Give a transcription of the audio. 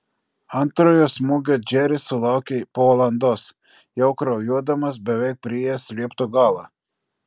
antrojo smūgio džeris sulaukė po valandos jau kraujuodamas beveik priėjęs liepto galą